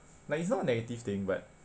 like it's not a negative thing but